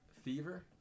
Fever